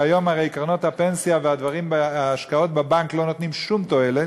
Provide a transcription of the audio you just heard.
שהרי היום קרנות הפנסיה וההשקעות בבנק לא נותנות שום תועלת.